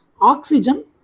oxygen